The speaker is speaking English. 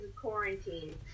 quarantine